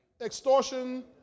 extortion